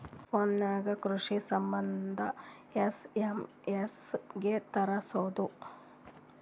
Phone ನಾಗೆ ಕೃಷಿ ಸಂಬಂಧ ಎಸ್.ಎಮ್.ಎಸ್ ಹೆಂಗ ತರಸೊದ?